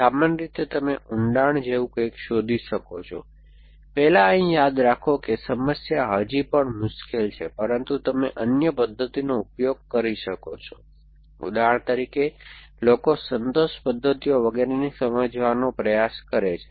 સામાન્ય રીતે તમે ઊંડાણ જેવું કંઈક શોધી શકો છો પહેલા અહીં યાદ રાખો કે સમસ્યા હજી પણ મુશ્કેલ છે પરંતુ તમે અન્ય પદ્ધતિનો ઉપયોગ કરી શકો છો ઉદાહરણ તરીકે લોકો સંતોષ પદ્ધતિઓ વગેરેને સમજવાનો પ્રયાસ કરે છે